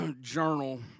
journal